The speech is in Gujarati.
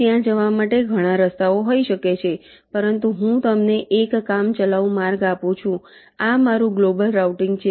ત્યાં જવા માટે ઘણા રસ્તાઓ હોઈ શકે છે પરંતુ હું તમને એક કામચલાઉ માર્ગ આપું છું આ મારું ગ્લોબલ રાઉટીંગ છે